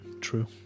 True